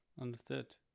Understood